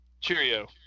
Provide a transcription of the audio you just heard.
Cheerio